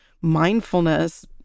mindfulness